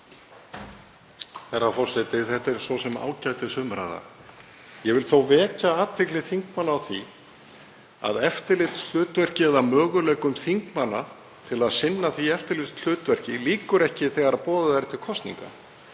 Þetta er svo sem ágætisumræða. Ég vil þó vekja athygli þingmanna á því að eftirlitshlutverki eða möguleikum þingmanna til að sinna því eftirlitshlutverki lýkur ekki þegar boðað er til kosninga.